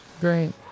Great